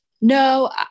No